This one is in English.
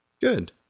Good